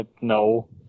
no